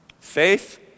Faith